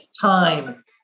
time